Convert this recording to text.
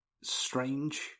strange